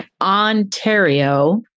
Ontario